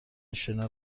شنا